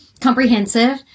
comprehensive